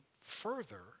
further